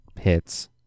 hits